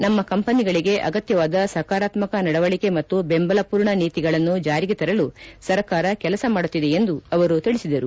ನಮ್ನ ಕಂಪನಿಗಳಿಗೆ ಅಗತ್ಯವಾದ ಸಕಾರಾತ್ಸಕ ನಡವಳಿಕೆ ಮತ್ತು ಬೆಂಬಲಮೂರ್ಣ ನೀತಿಗಳನ್ನು ಜಾರಿಗೆ ತರಲು ಸರ್ಕಾರ ಕೆಲಸ ಮಾಡುತ್ತಿದೆ ಎಂದು ಅವರು ತಿಳಿಸಿದರು